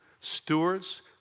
Stewards